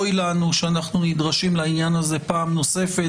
אוי לנו שאנחנו נדרשים לעניין הזה פעם נוספת,